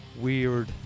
weird